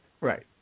Right